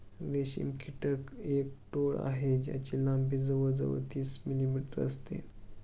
रेशम कीटक एक टोळ आहे ज्याची लंबी जवळ जवळ तीस मिलीमीटर असते